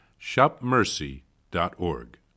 shopmercy.org